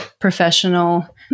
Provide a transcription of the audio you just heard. professional